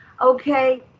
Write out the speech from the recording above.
okay